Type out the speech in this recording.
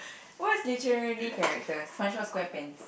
or as literally character SpongeBob Squarepants